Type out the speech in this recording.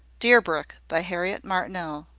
deerbrook, by harriet martineau.